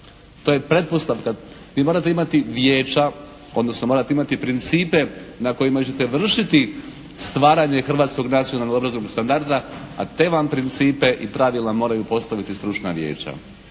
To je pretpostavka. Vi morate imati vijeća, odnosno morate imati principe na kojima ćete vršiti stvaranje hrvatskog nacionalnog obrazovnog standarda, a te vam principe i pravila moraju postaviti stručna vijeća.